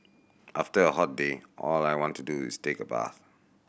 after a hot day all I want to do is take a bath